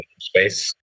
space